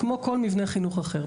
כמו כל מבנה חינוך אחר.